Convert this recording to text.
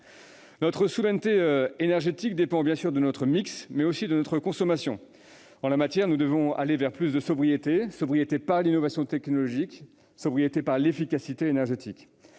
Notre souveraineté énergétique dépend bien sûr de notre mix, mais aussi de notre consommation. En la matière, nous devons aller vers plus de sobriété, par l'innovation technologique et par l'efficacité énergétique.